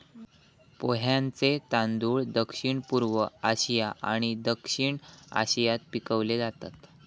पोह्यांचे तांदूळ दक्षिणपूर्व आशिया आणि दक्षिण आशियात पिकवले जातत